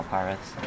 Pirates